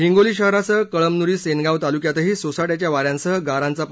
हिंगोली शहरासह कळमनुरी सेनगाव तालुक्यातही सोसाट्याच्या वाऱ्यांसह गारांचा पाऊस पडला